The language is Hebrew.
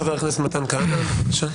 חבר הכנסת מתן כהנא, בבקשה.